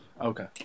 Okay